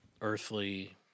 earthly